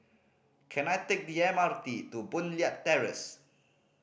can I take the M R T to Boon Leat Terrace